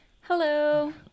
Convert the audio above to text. Hello